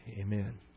Amen